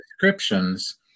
descriptions